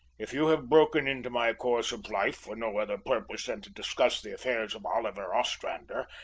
if you have broken into my course of life for no other purpose than to discuss the affairs of oliver ostrander,